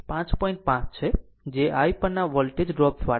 5 છે જે I પરના વોલ્ટેજ ડ્રોપ દ્વારા